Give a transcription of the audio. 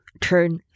turn